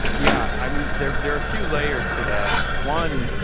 yeah i mean, there there are few layers to that. one,